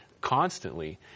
constantly